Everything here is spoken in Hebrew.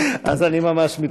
אז אני ממש מתנצל.